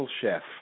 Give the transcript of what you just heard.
chef